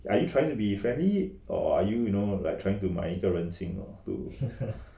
are you try to be friendly or are you you know like trying to 买一个人情 lor to